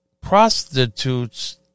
prostitutes